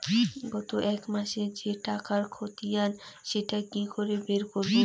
গত এক মাসের যে টাকার খতিয়ান সেটা কি করে বের করব?